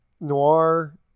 Noir